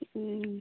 ᱦᱮᱸ